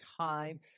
time